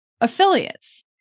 affiliates